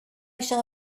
shall